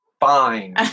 fine